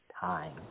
time